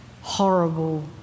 horrible